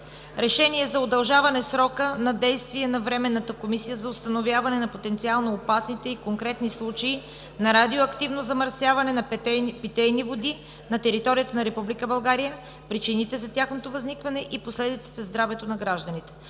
„РЕШЕНИЕ за удължаване срока на действие на Временната комисия за установяване на потенциално опасните и конкретни случаи на радиоактивно замърсяване на питейни води на територията на Република България, причините за тяхното възникване и последиците за здравето на гражданите